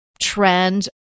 trend